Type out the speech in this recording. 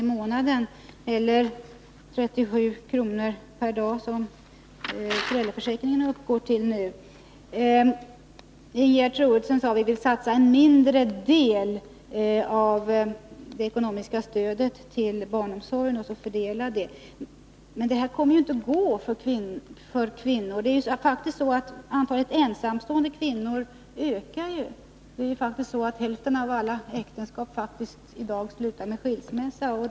i månaden eller på de 37 kr. per dag som föräldraförsäkringen uppgår till nu. Ingegerd Troedsson sade att moderaterna ville satsa en mindre del av det ekonomiska stödet till barnomsorgen och fördela det. Men då kommer kvinnorna inte att kunna klara sig. Det är faktiskt så, att antalet ensamstående kvinnor ökar. Hälften av alla äktenskap slutar i dag med skilsmässa.